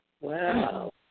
Wow